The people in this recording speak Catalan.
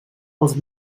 els